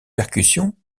percussions